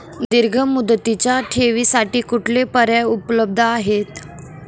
दीर्घ मुदतीच्या ठेवींसाठी कुठले पर्याय उपलब्ध आहेत?